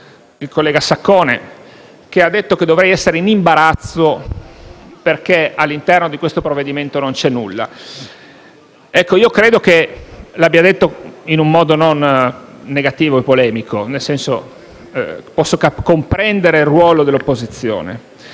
al collega Saccone che prima ha detto che dovrei essere in imbarazzo perché all'interno del provvedimento in discussione non c'è nulla. Io credo che lo abbia detto in un modo non negativo e polemico, nel senso che posso comprendere il ruolo dell'opposizione.